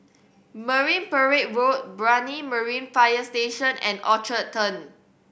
Marine Parade Road Brani Marine Fire Station and Orchard Turn